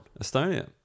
estonia